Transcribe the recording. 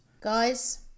Guys